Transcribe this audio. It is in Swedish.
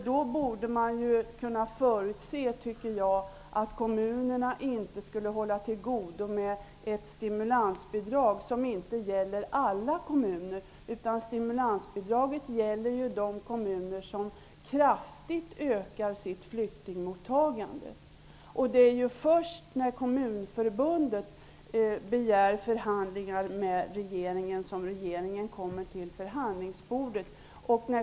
Då borde man ha kunnat förutse att kommunerna inte skulle hålla till godo med ett stimulansbidrag som inte gäller alla kommuner utan bara de kommuner som kraftigt ökar sitt flyktingmottagande. Först när Kommunförbundet begärde förhandlingar med regeringen kom regeringen till förhandlingsbordet.